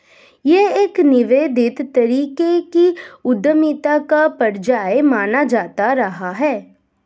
यह एक निवेदित तरीके की उद्यमिता का पर्याय माना जाता रहा है